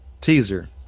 teaser